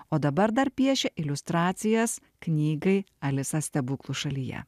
o dabar dar piešia iliustracijas knygai alisa stebuklų šalyje